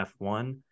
F1